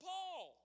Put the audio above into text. Paul